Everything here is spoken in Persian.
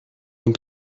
این